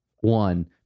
One